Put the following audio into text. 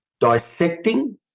dissecting